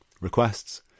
requests